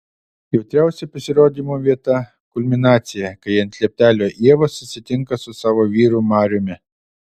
jautriausia pasirodymo vieta kulminacija kai ant lieptelio ieva susitinka su savo vyru mariumi